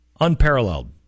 unparalleled